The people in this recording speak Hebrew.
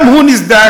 גם הוא נסדק.